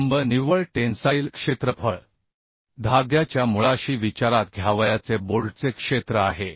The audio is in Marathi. Anb निव्वळ टेन्साईल क्षेत्रफळ धाग्याच्या मुळाशी विचारात घ्यावयाचे बोल्टचे क्षेत्र आहे